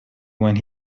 when